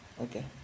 Okay